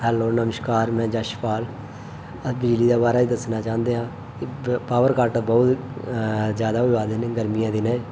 hello नमस्कार मैं यशपाल अस बिजली दे बारे च दस्सना चाहंदे आं पावर कट्ट बहुत ज्यादा होआ दे न गर्मियें दे दिनें